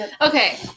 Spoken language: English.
Okay